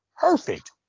perfect